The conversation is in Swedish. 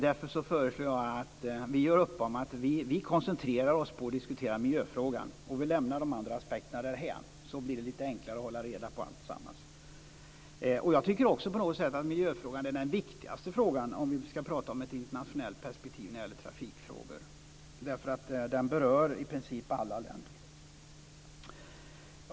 Därför föreslår jag att vi gör upp om att vi koncentrerar oss på att diskutera miljöfrågan och lämnar de andra aspekterna därhän. Då blir det lite enklare att hålla reda på alltsammans. Jag tycket också på något sätt att miljöfrågan är den viktigaste frågan, om vi skall tala om ett internationellt perspektiv när det gäller trafikfrågor. Den berör i princip alla länder.